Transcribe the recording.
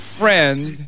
friend